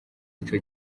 ico